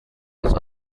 los